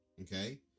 Okay